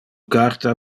carta